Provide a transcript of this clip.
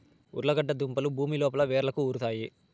ఉర్లగడ్డ దుంపలు భూమి లోపల వ్రేళ్లకు ఉరుతాయి